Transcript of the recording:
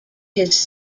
his